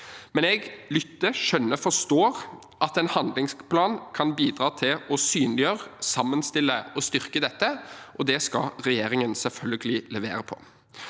men jeg lytter, skjønner og forstår at en handlingsplan kan bidra til å synliggjøre, sammenstille og styrke dette, og det skal regjeringen selvfølgelig levere på.